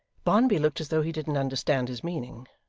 barnaby looked as though he didn't understand his meaning.